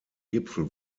gipfel